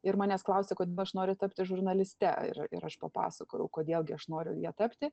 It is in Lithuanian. ir manęs klausė kodėl aš noriu tapti žurnaliste ir ir aš papasakojau kodėl gi aš noriu ja tapti